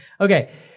Okay